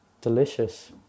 delicious